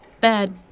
bad